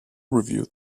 reviewed